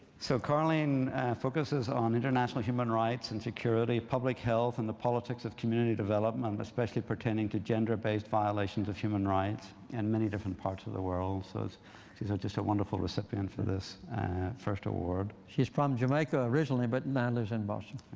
so karlene focuses on international human rights and security, public health, and the politics of community development, especially pertaining to gender-based violations of human rights in and many different parts of the world. so she's ah just a wonderful reception for this first award. she's from jamaica originally but now lives in boston.